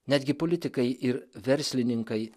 netgi politikai ir verslininkai